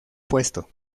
puesto